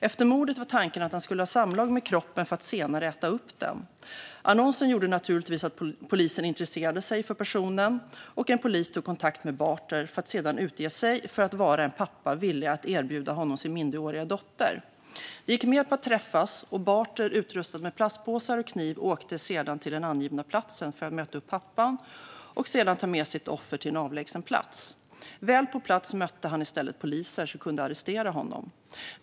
Efter mordet var tanken att han skulle ha samlag med kroppen för att senare äta upp den. Annonsen gjorde naturligtvis att polisen intresserade sig för personen. En polis tog kontakt med Barter och utgav sig för att vara en pappa villig att erbjuda honom sin minderåriga dotter. Han gick med på att träffas. Barter, utrustad med plastpåsar och kniv, åkte sedan till den angivna platsen för att möta upp pappan och sedan ta med sitt offer till en avlägsen plats. Väl på plats mötte han i stället poliser som kunde arrestera honom.